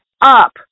up